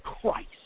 Christ